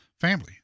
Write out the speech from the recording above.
family